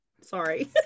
sorry